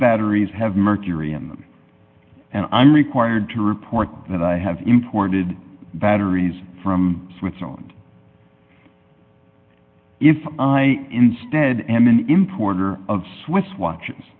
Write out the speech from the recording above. batteries have mercury in them and i'm required to report that i have imported batteries from switzerland if i instead am an importer of swiss watche